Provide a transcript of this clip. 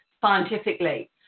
scientifically